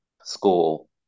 school